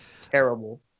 terrible